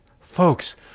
folks